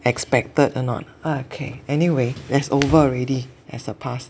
expected or not okay anyway that's over already that's the past